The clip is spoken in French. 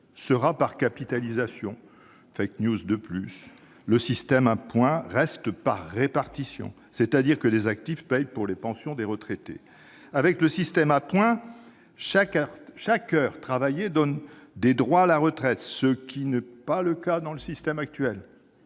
sera par capitalisation. Une de plus ! Le système à points reste par répartition, c'est-à-dire que les actifs payent pour les pensions des retraités. Avec ce système, chaque heure travaillée donne des droits à la retraite, ce qui n'est pas le cas dans le mécanisme actuel.